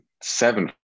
seven